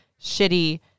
shitty